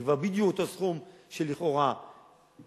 זה כבר בדיוק אותו סכום שלכאורה יקוזז.